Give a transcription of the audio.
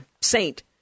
Saint